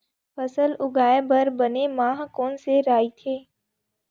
फसल उगाये बर बने माह कोन से राइथे?